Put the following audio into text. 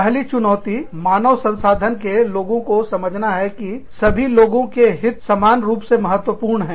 पहली चुनौती मानव संसाधन के लोगों को समझाना है कि सभी लोगों के हित समान रूप से महत्वपूर्ण हैं